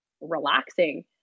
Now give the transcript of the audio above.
relaxing